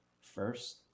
first